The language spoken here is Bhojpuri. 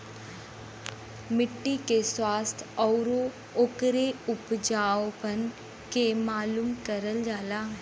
मट्टी के स्वास्थ्य आउर ओकरे उपजाऊपन के मालूम करल जाला